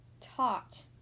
Taught